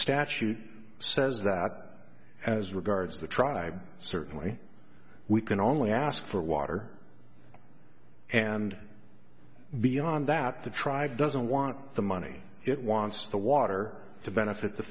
statute says that as regards the tribe certainly we can only ask for water and beyond that the tribe doesn't want the money it wants the water to benefit